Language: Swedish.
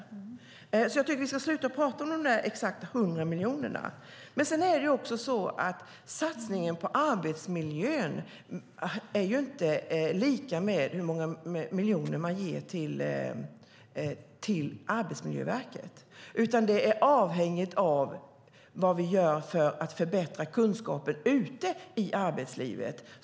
Därför tycker jag att vi ska sluta att prata om exakt 100 miljoner. Det är också så att satsningen på arbetsmiljön inte är lika med hur många miljoner man ger till Arbetsmiljöverket, utan det är avhängigt av vad vi gör för att förbättra kunskapen ute i arbetslivet.